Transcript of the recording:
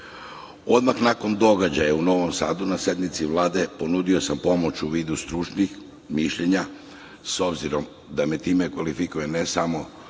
nakon događaja u Novom Sadu na sednici Vlade ponudio sam pomoć u vidu stručnih mišljenja, s obzirom da me time kvalifikuje ne samo